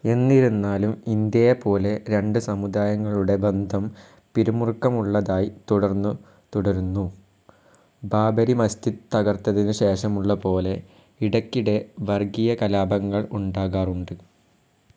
എന്നിരുന്നാലും ഇന്ത്യയെപ്പോലെ രണ്ട് സമുദായങ്ങളുടെ ബന്ധം പിരിമുറുക്കമുള്ളതായി തുടർന്നു തുടരുന്നു ബാബറി മസ്ജിദ് തകർത്തതിന് ശേഷമുള്ളപോലെ ഇടയ്ക്കിടെ വർഗീയ കലാപങ്ങൾ ഉണ്ടാകാറുണ്ട്